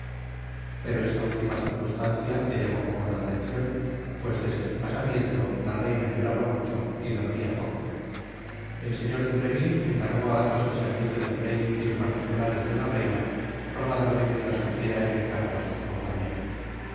pero esta última circunstancia le llamó poco la atencion pues desde su casamiento la reina lloraba mucho y dormia poco content from google book search generated at el señor de treville encargó á athos el servicio del rey y en particular el de la reina rogándole que trasmitiera el encargo á sus campaneros